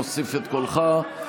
נוסיף את קולך,